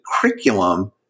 curriculum